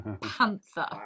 panther